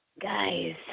Guys